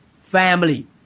family